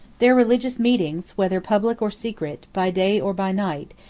their religious meetings, whether public or secret, by day or by night,